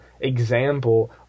example